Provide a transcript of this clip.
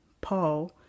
Paul